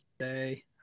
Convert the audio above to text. say